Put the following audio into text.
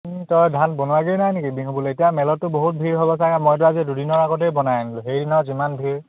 তই ধান বনোৱাগৈয়ে নাই নেকি বিহু বুলিলে এতিয়া মেলতটো বহুত ভিৰ হ'ব চাগে মইতো আজি দুদিনৰ আগতেই বনাই আনিলোঁ সেইদিনত যিমান ভিৰ